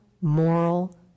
moral